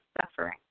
suffering